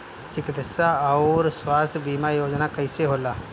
चिकित्सा आऊर स्वास्थ्य बीमा योजना कैसे होला?